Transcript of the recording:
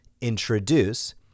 introduce